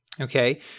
okay